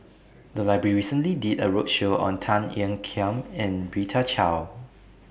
The Library recently did A roadshow on Tan Ean Kiam and Rita Chao